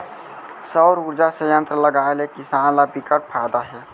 सउर उरजा संयत्र लगाए ले किसान ल बिकट फायदा हे